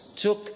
took